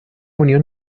unión